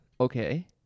Okay